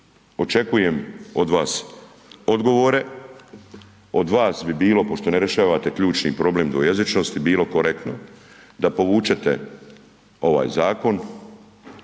Očekujem od vas odgovore. Od vas bi bilo, pošto ne rješavate ključni problem dvojezičnosti, bilo korektno da povučete ovaj zakon